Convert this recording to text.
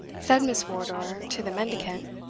said miss wardour to the mendicant.